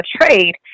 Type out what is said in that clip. trade